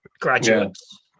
graduates